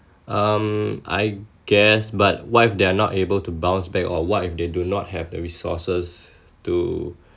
um I guess but what if they are not able to bounce back or what if they do not have the resources to